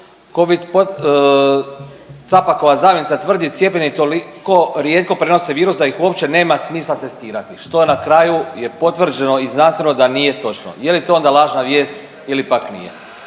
covid po…, Capakova zamjenica tvrdi cijepljeni toliko rijetko prenose virus da ih uopće nema smisla testirati, što na kraju je potvrđeno i znanstveno da nije točno, je li to onda lažna vijest ili pak nije?